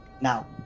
Now